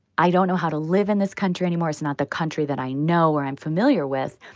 i don't know how to live in this country anymore. it's not the country that i know or i'm familiar with.